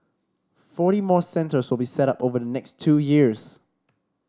forty more centres will be set up over the next two years